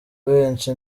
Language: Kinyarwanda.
benshi